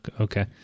Okay